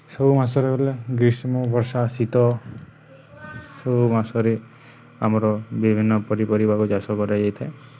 ସବୁ ମାସରେ ବେଲେ ଗ୍ରୀଷ୍ମ ବର୍ଷା ସବୁ ମାସରେ ଆମର ବିଭିନ୍ନ ପନିପରିବାକୁ ଚାଷ କରାଯାଇଥାଏ